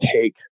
take